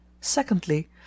Secondly